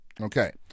Okay